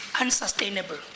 unsustainable